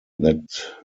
that